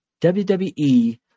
WWE